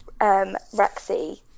Rexy